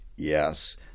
Yes